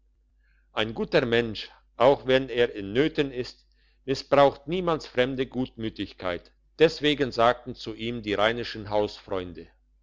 ein guter mensch auch wenn er in nöten ist missbraucht niemals fremde gutmütigkeit deswegen sagten zu ihm die